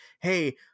hey